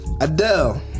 Adele